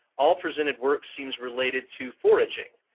all presented work seems related to foraging.